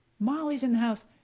molly's in the house.